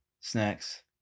snacks